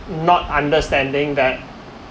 not understanding that